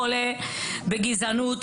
חולה בגזענות,